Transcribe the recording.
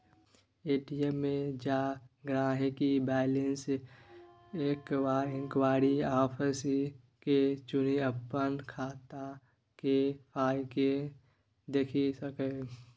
ATM मे जा गांहिकी बैलैंस इंक्वायरी आप्शन के चुनि अपन खाता केल पाइकेँ देखि सकैए